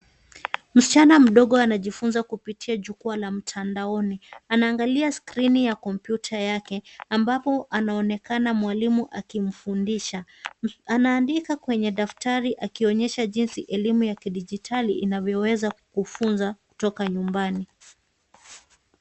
Msichana mdogo anajifunza kupitia jukwaa la mtandaoni, anaangalia skrini ya kompyuta yake, ambapo anaonekana mwalimu akimfundisha. Anaandika kwenye daftari akionyesha jinsi elimu ya kidijitali inavyoweza kukufunza kutoka nyumbani.